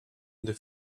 the